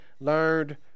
learned